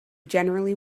generally